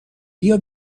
بیا